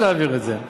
בטח שנעביר את זה.